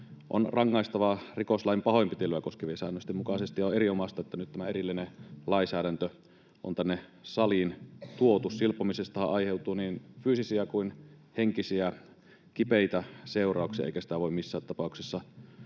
on rangaistavaa rikoslain pahoinpitelyä koskevien säännösten mukaisesti, ja on erinomaista, että nyt tämä erillinen lainsäädäntö on tänne saliin tuotu. Silpomisestahan aiheutuu niin fyysisiä kuin henkisiä kipeitä seurauksia, eikä sitä voi missään tapauksessa